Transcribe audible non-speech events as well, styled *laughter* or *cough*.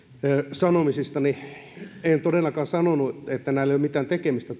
sanomisistani en todellakaan sanonut että näillä ei ole mitään tekemistä *unintelligible*